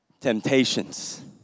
Temptations